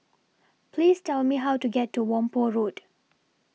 Please Tell Me How to get to Whampoa Road